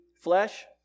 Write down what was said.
flesh